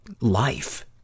life